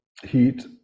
heat